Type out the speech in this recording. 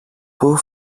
πού